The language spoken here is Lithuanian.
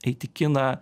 eit į kiną